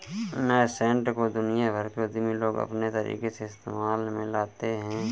nascent को दुनिया भर के उद्यमी लोग अपने तरीके से इस्तेमाल में लाते हैं